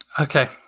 okay